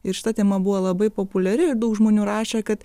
ir šita tema buvo labai populiari daug žmonių rašė kad